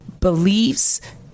beliefs